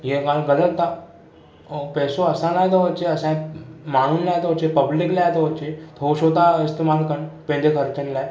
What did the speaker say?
हीअ ॻाल्हि ग़लत आहे पेसो असां लाइ थो अचे माण्हूनि लाइ थो अचे पब्लिक लाइ थो अचे हो छो था इस्तेमाल कनि पंहिंजे ख़र्चनि लाइ